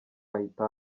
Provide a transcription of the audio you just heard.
ahita